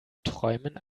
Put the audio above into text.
träumen